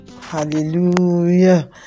Hallelujah